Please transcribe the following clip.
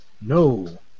No